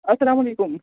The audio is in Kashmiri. السلام علیکُم